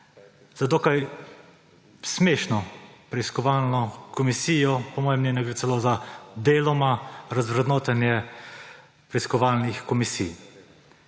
za dokaj smešno preiskovalno komisijo, po mojem mnenju gre celo za deloma razvrednotenje preiskovalnih komisij.